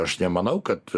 aš nemanau kad